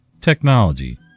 technology